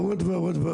ועוד ועוד.